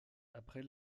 après